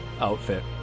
outfit